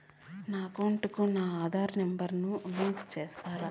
నా అకౌంట్ కు నా ఆధార్ నెంబర్ ను లింకు చేసారా